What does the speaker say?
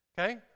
Okay